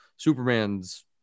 Superman's